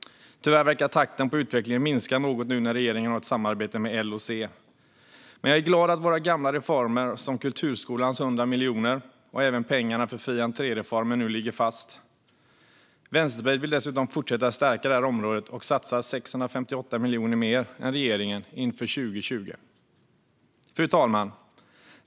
Tyvärr verkar takten på utvecklingen minska något nu när regeringen har ett samarbete med L och C. Jag är glad att våra gamla reformer som kulturskolans 100 miljoner och pengarna för fri-entré-reformen nu ligger fast. Vänsterpartiet vill dessutom fortsätta stärka det här området och satsar 658 miljoner mer än regeringen inför 2020. Fru talman!